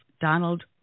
Donald